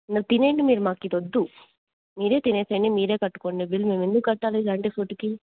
మరి తినేయండి మీరు మాకు ఇది వద్దు మీరే తినేసేయండి మీరే కట్టుకోండి బిల్ మేము ఎందుకు కట్టాలి ఇలాంటి ఫుడ్కి